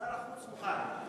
שר החוץ מוכן.